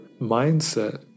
mindset